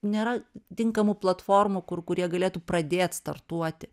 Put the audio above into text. nėra tinkamų platformų kur kur jie galėtų pradėt startuoti